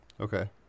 Okay